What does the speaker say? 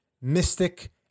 mystic